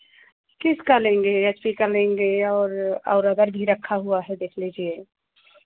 किसका लेंगे H P का लेंगे और और अदर भी रखा हुआ है देख लीजिए